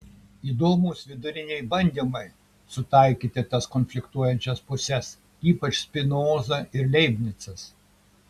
įdomūs viduriniai bandymai sutaikyti tas konfliktuojančias puses ypač spinoza ir leibnicas